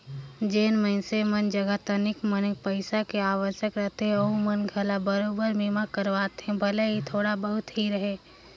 जेन मइनसे मन जघा तनिक मनिक पईसा के आवक रहथे ओहू मन घला बराबेर बीमा करवाथे भले ही थोड़ा बहुत के ही रहें